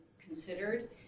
considered